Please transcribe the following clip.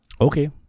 Okay